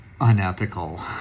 unethical